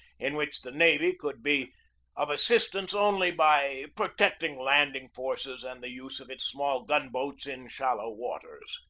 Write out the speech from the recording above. in which the navy could be of assistance only by protecting landing forces and the use of its small gun-boats in shallow waters.